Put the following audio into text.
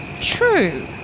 True